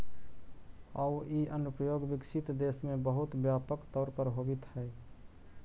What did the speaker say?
आउ इ अनुप्रयोग विकसित देश में बहुत व्यापक तौर पर होवित हइ